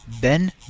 Ben